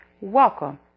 Welcome